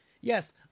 Yes